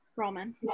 Roman